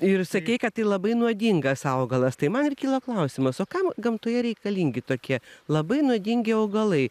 ir sakei kad tai labai nuodingas augalas tai man ir kyla klausimas o kam gamtoje reikalingi tokie labai nuodingi augalai